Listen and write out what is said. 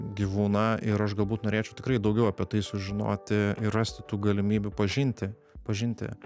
gyvūną ir aš galbūt norėčiau tikrai daugiau apie tai sužinoti ir rasti tų galimybių pažinti pažinti